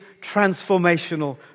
transformational